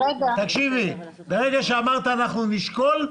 ברגע שאמרת "אנחנו נשקול",